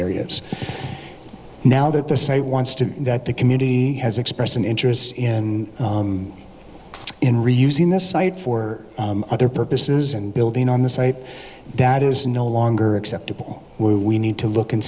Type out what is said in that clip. areas now that the site wants to that the community has expressed an interest in in reusing this site for other purposes and building on the site that is no longer acceptable we need to look and